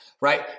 right